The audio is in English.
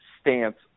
stance